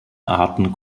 arten